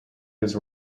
his